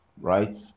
Right